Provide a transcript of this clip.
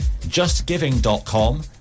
justgiving.com